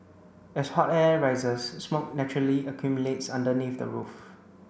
as hot air rises smoke naturally accumulates underneath the roof